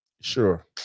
Sure